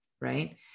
right